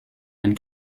and